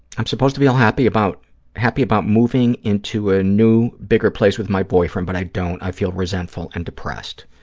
i'm supposed to feel happy about happy about moving into a new, bigger place with my boyfriend, but i don't. i feel resentful and depressed.